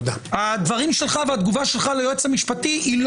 הדברים שלך והתגובה שלך ליועץ המשפטי לא